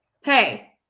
hey